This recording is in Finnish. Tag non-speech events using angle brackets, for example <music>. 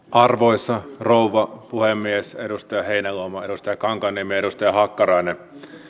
<unintelligible> arvoisa rouva puhemies edustaja heinäluoma edustaja kankaanniemi ja edustaja hakkarainen